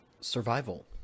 Survival